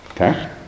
Okay